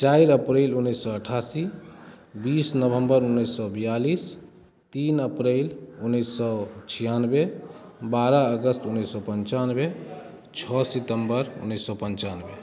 चारि अप्रैल उनैस सओ अठासी बीस नवम्बर उनैस सओ बियालिस तीन अप्रैल उनैस सओ छिआनवे बारह अगस्त उनैस सओ पनचानवे छओ सितम्बर उनैस सओ पनचानवे